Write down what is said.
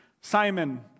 Simon